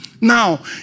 Now